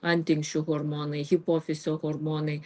antinksčių hormonai hipofizio hormonai